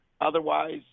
Otherwise